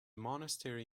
monastery